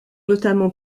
notamment